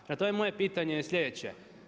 Prema tome, moje pitanje je sljedeće.